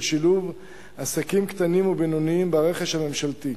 שילוב עסקים קטנים ובינוניים ברכש הממשלתי.